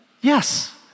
Yes